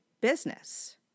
business